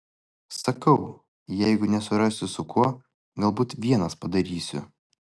sakau jeigu nesurasiu su kuo galbūt vienas padarysiu